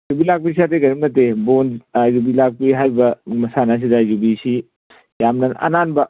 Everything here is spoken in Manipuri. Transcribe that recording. ꯌꯨꯕꯤ ꯂꯥꯛꯄꯤꯁꯦ ꯑꯇꯩ ꯀꯔꯤꯝ ꯅꯠꯇꯦ ꯌꯨꯕꯤ ꯂꯥꯛꯄꯤ ꯍꯥꯏꯔꯤꯕ ꯃꯁꯥꯟꯅꯁꯤꯗ ꯌꯨꯕꯤꯁꯤ ꯌꯥꯝꯅ ꯑꯅꯥꯟꯕ